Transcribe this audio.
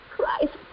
Christ